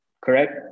Correct